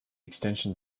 extension